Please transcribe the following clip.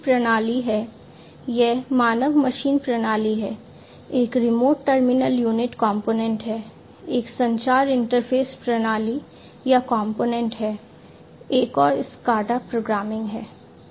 SCADA के विभिन्न component programming है